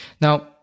Now